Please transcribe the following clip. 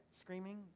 screaming